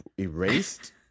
Erased